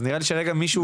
אז נראה לי שרגע מישהו,